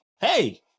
Hey